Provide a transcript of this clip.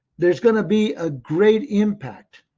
there is going to be a great impact,